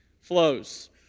flows